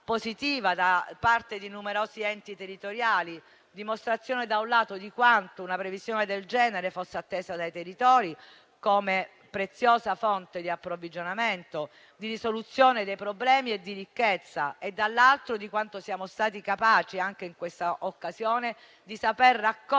da parte di numerosi enti territoriali, a dimostrazione, da un lato, di quanto una previsione del genere fosse attesa dai territori come preziosa fonte di approvvigionamento, di risoluzione dei problemi e di ricchezza e, dall'altro, di quanto siamo stati capaci anche in questa occasione di raccogliere